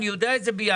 אני יודע את זה בינואר,